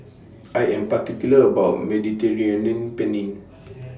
I Am particular about Mediterranean Penne